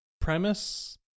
premise